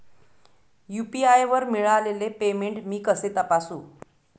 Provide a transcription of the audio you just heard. UPI वर मिळालेले payment मी कसे तपासू?